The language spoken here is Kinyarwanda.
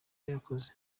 yakoze